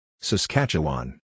Saskatchewan